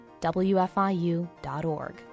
WFIU.org